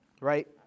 Right